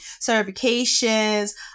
certifications